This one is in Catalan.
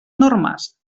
normes